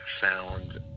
found